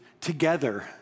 together